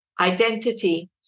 identity